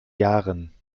jahren